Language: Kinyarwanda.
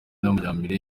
n’amajyambere